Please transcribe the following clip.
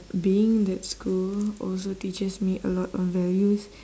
being in that school also teaches me a lot of values